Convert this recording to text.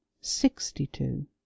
sixty-two